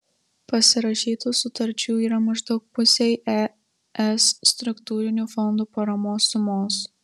pasirašytų sutarčių yra maždaug pusei es struktūrinių fondų paramos sumos